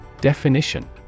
Definition